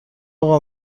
اقا